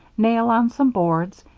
nail on some boards,